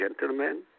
gentlemen